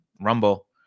Rumble